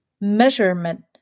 measurement